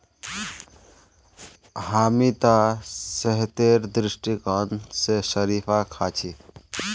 हामी त सेहतेर दृष्टिकोण स शरीफा खा छि